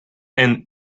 and